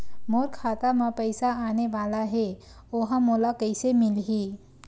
मोर खाता म पईसा आने वाला हे ओहा मोला कइसे मिलही?